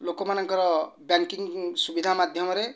ଲୋକମାନଙ୍କର ବ୍ୟାଙ୍କିଂ ସୁବିଧା ମାଧ୍ୟମରେ